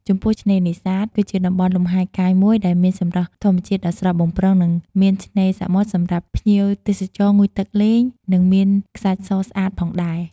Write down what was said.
ចំពោះឆ្នេរនេសាទ គឺជាតំបន់លំហែកាយមួយដែលមានសម្រស់ធម្មជាតិដ៏ស្រស់បំព្រង និងមានឆ្នេរសមុទ្រសម្រាប់ភ្ញៀវទេសចរងូតទឹកលេង និងមានខ្សាច់សស្អាតផងដែរ។